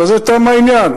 בזה תם העניין.